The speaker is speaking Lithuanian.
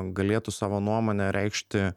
galėtų savo nuomonę reikšti